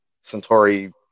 Centauri